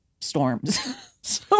storms